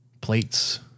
plates